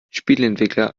spieleentwickler